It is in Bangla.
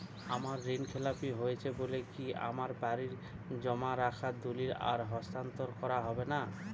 আমার ঋণ খেলাপি হয়েছে বলে কি আমার বাড়ির জমা রাখা দলিল আর হস্তান্তর করা হবে না?